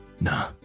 Nah